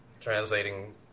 translating